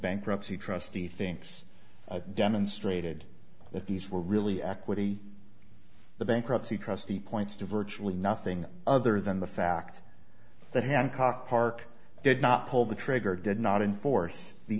bankruptcy trustee thinks demonstrated that these were really equity the bankruptcy trustee points to virtually nothing other than the fact that hancock park did not pull the trigger did not enforce the